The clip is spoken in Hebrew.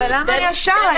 למה ישר?